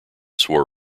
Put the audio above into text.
swore